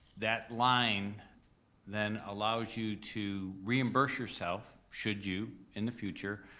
that line then allows you to reimburse yourself should you, in the future,